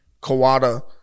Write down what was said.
Kawada